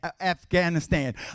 Afghanistan